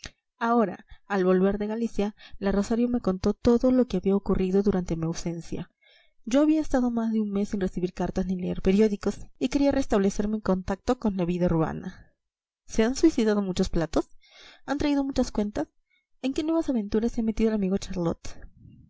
ahora al volver de galicia la rosario me contó todo lo que había ocurrido durante mi ausencia yo había estado más de un mes sin recibir cartas ni leer periódicos y quería restablecer mi contacto con la vida urbana se han suicidado muchos platos han traído muchas cuentas en qué nuevas aventuras se ha metido el amigo charlot